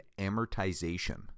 amortization